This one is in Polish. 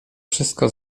wszystko